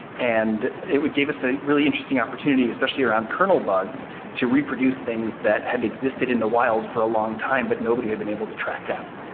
and it gave us a really interesting opportunity especially around kernel bugs to reproduce things that had existed in the wild for a longtime, but nobody had been able to track down,